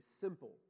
simple